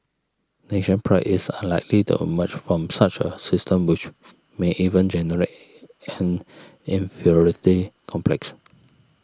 nation pride is unlikely to emerge from such a system which may even generate an inferiority complex